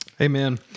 Amen